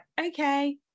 okay